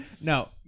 No